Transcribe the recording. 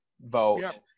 vote